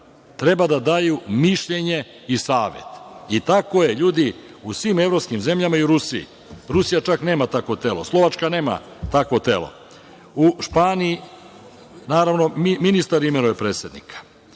treba da daju mišljenje i savet, i tako je u svim evropskim zemljama i u Rusiji. Rusija čak nema takvo telo, Slovačka nema takvo telo. U Španiji ministar imenuje predsednika.